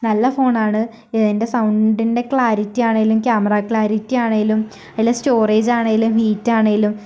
നല്ല ഫോണാണ് ഇതിൻ്റെ സൗണ്ടിൻ്റെ ക്ലാരിറ്റിയാണെങ്കിലും ക്യാമറ ക്ലാരിറ്റിയാണെങ്കിലും അതിലെ സ്റ്റോറേജാണെങ്കിലും ഹീറ്റാണെങ്കിലും